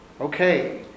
Okay